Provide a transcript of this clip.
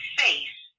face